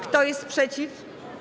Kto jest przeciw?